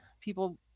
people